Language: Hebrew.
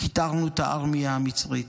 כיתרנו את הארמייה המצרית.